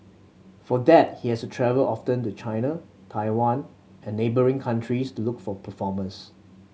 for that he is travel often to China Taiwan and neighbouring countries to look for performers